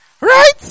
Right